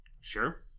sure